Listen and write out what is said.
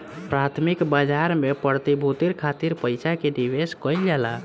प्राथमिक बाजार में प्रतिभूति खातिर पईसा के निवेश कईल जाला